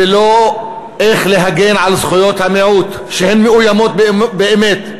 ולא איך להגן על זכויות המיעוט, שהן מאוימות באמת.